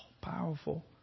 powerful